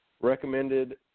Recommended